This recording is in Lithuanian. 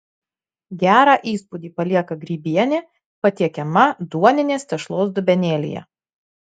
gerą įspūdį palieka grybienė patiekiama duoninės tešlos dubenėlyje